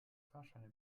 fahrscheine